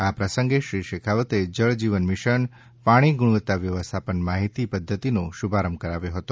આ પ્રસંગે શ્રી શેખાવતે જળજીવન મિશન પાણી ગુણવત્તા વ્યવસ્થાપન માહિતી પદ્ધતિનો શુભારંભ કરાવ્યો હતો